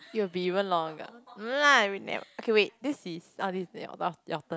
it will be even longer no lah we never okay wait this is oh this is your turn